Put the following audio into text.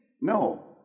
No